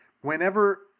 whenever